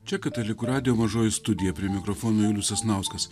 čia katalikų radijo mažoji studija prie mikrofono julius sasnauskas